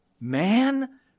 Man